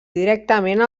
directament